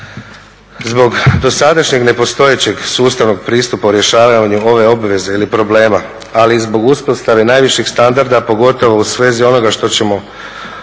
Zbog dosadašnjeg nepostojećeg sustavnog pristupa u rješavanju ove obveze ili problema, ali i zbog uspostave najviših standarda, pogotovo u svezi onoga što ćemo ostaviti